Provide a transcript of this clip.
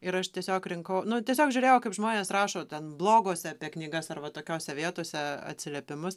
ir aš tiesiog rinkau nu tiesiog žiūrėjau kaip žmonės rašo ten bloguose apie knygas arba tokiose vietose atsiliepimus